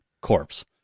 corpse